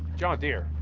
john deere.